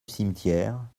cimetière